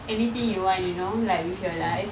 anything you want you know like with your life